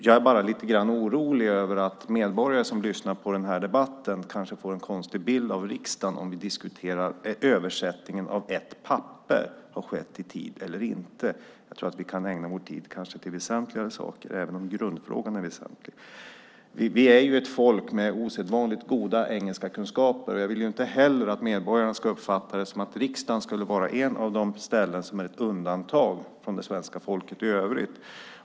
Jag är lite orolig över att medborgare som lyssnar på den här debatten får en konstig bild av riksdagen om vi diskuterar om översättningen av ett papper har skett i tid eller inte. Jag tror att vi kan ägna oss åt väsentligare saker, även om grundfrågan är väsentlig. Vi är ett folk med osedvanligt goda engelskakunskaper. Jag vill inte heller att medborgarna ska uppfatta det som att riksdagen skulle vara ett av de ställen som är ett undantag från svenska folket i övrigt.